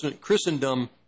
Christendom